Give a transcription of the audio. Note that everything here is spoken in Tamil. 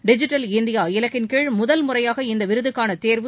டிஜிட்டல் இந்தியா இலக்கின் கீழ் முதல் முறையாக இந்த விருதுக்கான தேர்வு